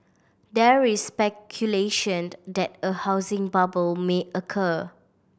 there is speculation that a housing bubble may occur